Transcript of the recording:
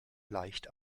leicht